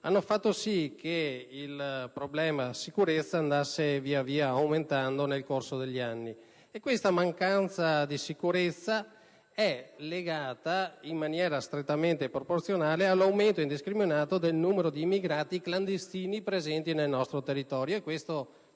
ha acuito il problema della sicurezza nel corso degli anni. E questa mancanza di sicurezza è legata in maniera strettamente proporzionale all'aumento indiscriminato del numero di immigrati clandestini presenti nel nostro territorio.